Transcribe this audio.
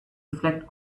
reflect